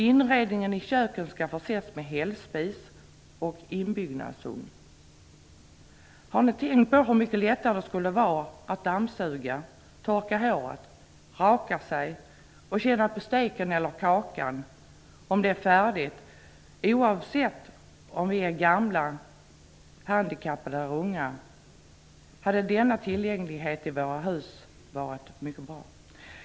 Inredningen i köken skall förses med hällspis och inbyggnadsugn. Har ni tänkt på hur mycket lättare det skulle vara att dammsuga, torka håret, raka sig och känna efter om steken eller kakan är färdig, om vi alla, oavsett om vi är gamla, handikappade eller unga, hade denna tillgänglighet i våra hus?